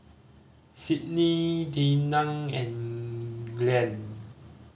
Sydney Dinah and Glen